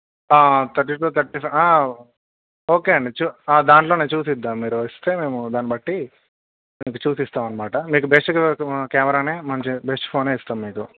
thirty two thirty five okay అండి దాంట్లోనే చూసి ఇద్దాము మీరు వస్తే మేము దాన్నిబట్టి మీకు చూపిస్తాము అన్నమాట మీకు బెస్ట్గా కెమెరానే మంచి బెస్ట్ ఫోనే ఇస్తాం మీకు